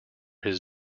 his